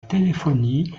téléphonie